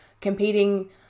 competing